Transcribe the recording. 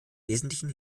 wesentlichen